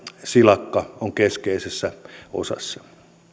silakka on keskeisessä osassa